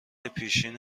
پیشین